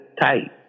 tight